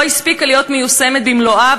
לא הספיקה להיות מיושמת במלואה,